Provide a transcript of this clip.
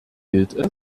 gilt